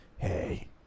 hey